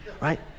right